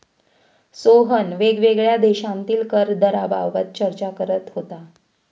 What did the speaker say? सोहन वेगवेगळ्या देशांतील कर दराबाबत चर्चा करत होता